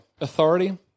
Authority